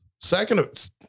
Second